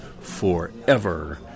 forever